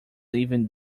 even